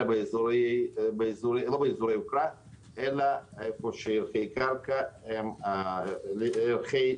לא באזורי יוקרה אלא איפה שהקרקע בערכי